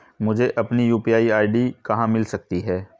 मुझे अपनी UPI ID कहां मिल सकती है?